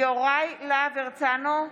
יוראי להב הרצנו,